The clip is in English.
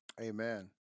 Amen